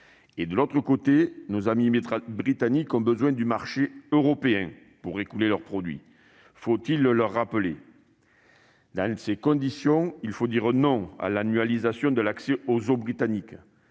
; de l'autre, nos amis Britanniques ont besoin de pouvoir accéder au marché européen pour écouler leurs produits : faut-il le leur rappeler ? Dans ces conditions, il faut refuser l'annualisation de l'accès aux eaux britanniques.